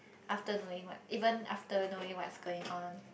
after knowing what even after knowing what's going on